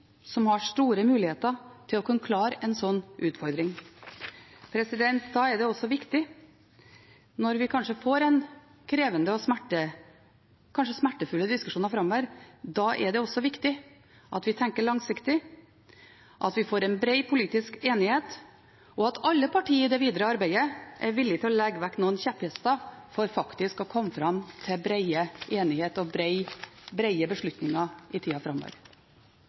som har store muligheter til å kunne klare en slik utfordring. Da er det også viktig, når vi kanskje får krevende og smertefulle diskusjoner framover, at vi tenker langsiktig, at vi får en bred politisk enighet, og at alle partier i det videre arbeidet er villig til å legge vekk noen kjepphester for faktisk å komme fram til bred enighet og brede beslutninger i tida framover.